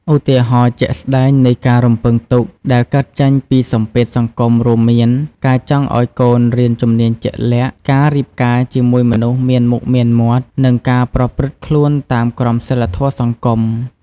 ឧទាហរណ៍ជាក់ស្ដែងនៃការរំពឹងទុកដែលកើតចេញពីសម្ពាធសង្គមរួមមាន ការចង់ឲ្យកូនរៀនជំនាញជាក់លាក់ ការរៀបការជាមួយមនុស្សមានមុខមានមាត់ និងការប្រព្រឹត្តខ្លួនតាមក្រមសីលធម៌សង្គម។